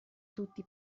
tutti